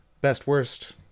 best-worst